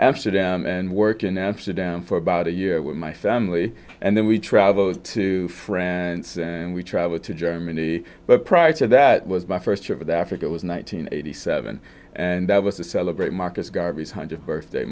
amsterdam and work in amsterdam for about a year with my family and then we traveled to france and we traveled to germany but prior to that was my first trip with africa was nine hundred eighty seven and that was to celebrate marcus garvey hundredth birthday